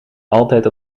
altijd